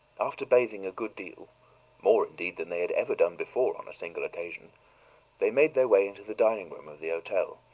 after bathing a good deal more, indeed, than they had ever done before on a single occasion they made their way into the dining room of the hotel,